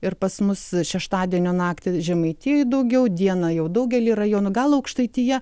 ir pas mus šeštadienio naktį žemaitijoj daugiau dieną jau daugely rajonų aukštaitija